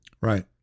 Right